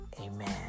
Amen